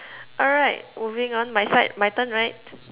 alright moving on my side my turn right